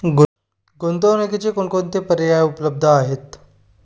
गुंतवणुकीचे कोणकोणते पर्याय उपलब्ध आहेत?